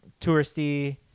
touristy